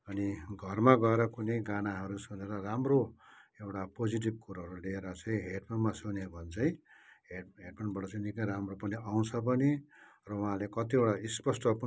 अनि घरमा गएर कुनै गानाहरू सुनेर राम्रो एउटा पोजिटिभ कुरोहरू लिएर चाहिँ हेडफोनमा सुन्यो भने चाहिँ हेडफोनबाट चाहिँ निकै राम्रो पनि आउँछ पनि र उहाँले कतिवटा स्पष्ट पनि